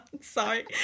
Sorry